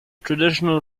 traditional